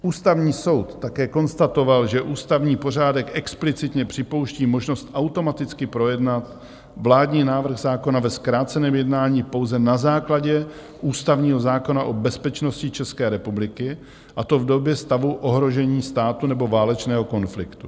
Ústavní soud také konstatoval, že ústavní pořádek explicitně připouští možnost automaticky projednat vládní návrh zákona ve zkráceném jednání pouze na základě ústavního zákona o bezpečnosti České republiky, a to v době stavu ohrožení státu nebo válečného konfliktu.